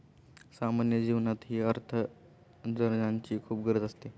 सामान्य जीवनातही अर्थार्जनाची खूप गरज असते